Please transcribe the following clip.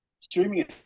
streaming